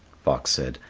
fox said,